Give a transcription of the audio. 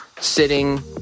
sitting